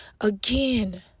again